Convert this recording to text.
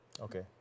Okay